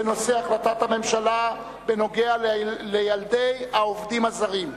בנושא: החלטת הממשלה בנוגע לילדי העובדים הזרים.